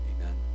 amen